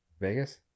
Vegas